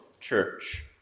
church